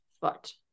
foot